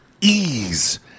ease